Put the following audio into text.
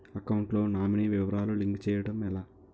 Account లో nominee వివరాలు link చేయటం ఎలా?